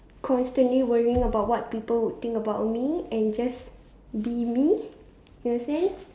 constantly worrying about what people would think about me and just be me you understand